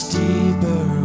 deeper